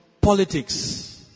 politics